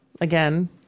again